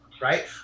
Right